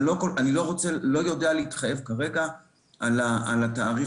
אני לא יודע להתחייב כרגע על התאריך